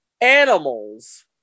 animals